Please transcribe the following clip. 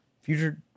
future